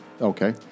Okay